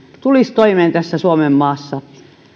tulisi toimeen suomenmaassa